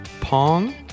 Pong